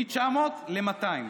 מ-900 ל-200,